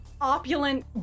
opulent